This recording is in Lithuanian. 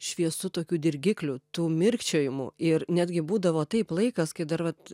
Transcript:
šviesų tokių dirgiklių tų mirkčiojimų ir netgi būdavo taip laikas kai dar vat